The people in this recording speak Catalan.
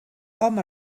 home